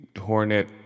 Hornet